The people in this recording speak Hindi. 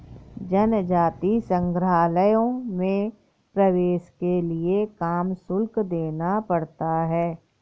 जनजातीय संग्रहालयों में प्रवेश के लिए काम शुल्क देना पड़ता है